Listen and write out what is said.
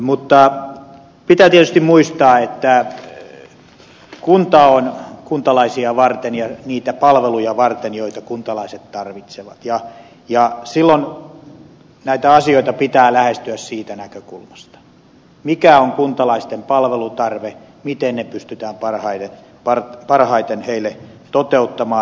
mutta pitää tietysti muistaa että kunta on kuntalaisia varten ja niitä palveluja varten joita kuntalaiset tarvitsevat ja silloin näitä asioita pitää lähestyä siitä näkökulmasta mikä on kuntalaisten palvelutarve miten ne pystytään parhaiten heille toteuttamaan